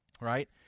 right